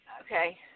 Okay